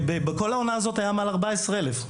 בכל העונה הזאת היו מעל 14,000 אירועים.